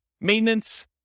Maintenance